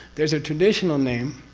there's a traditional name